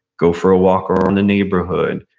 go for a walk around the neighborhood.